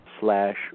slash